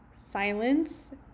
silence